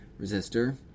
Resistor